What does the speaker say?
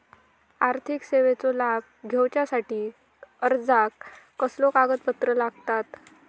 आर्थिक सेवेचो लाभ घेवच्यासाठी अर्जाक कसले कागदपत्र लागतत?